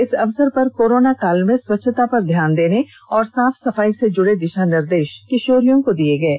इस अवसर पर कोरोनाकाल में स्वच्छता पर ध्यान देने और साफ सफाई से जुड़े दिषा निर्देष किषोरियों को दिये गये